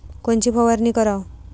कोनची फवारणी कराव?